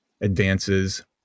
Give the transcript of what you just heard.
advances